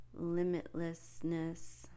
limitlessness